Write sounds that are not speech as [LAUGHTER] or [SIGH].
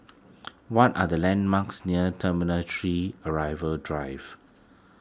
[NOISE] what are the landmarks near Terminal three Arrival Drive